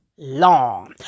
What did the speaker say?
long